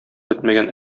бетмәгән